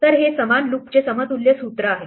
तर हे समान लूपचे समतुल्य सूत्र आहे